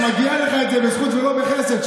זה מגיע לך בזכות ולא בחסד,